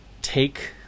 take